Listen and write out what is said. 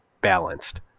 balanced